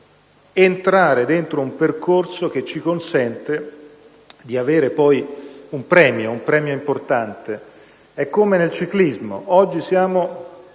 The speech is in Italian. È come nel ciclismo.